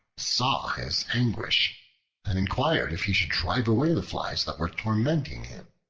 saw his anguish and inquired if he should drive away the flies that were tormenting him.